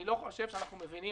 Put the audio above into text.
אני חושב שאנחנו לא עד הסוף מבינים